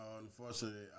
unfortunately